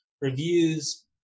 reviews